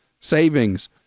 savings